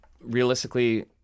realistically